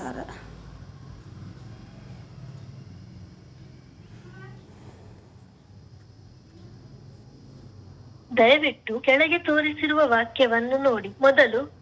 tent ಹಕ್ಕೊಂಡ್ ಆಯುರ್ವೇದ ಔಷಧ ಮಾರಾಟಾ ಮಾಡ್ಕೊತ ಅಲ್ಲಲ್ಲೇ ತಮ್ದ ಉದ್ಯೋಗಾ ಶುರುರುಮಾಡ್ಕೊಂಡಾರ್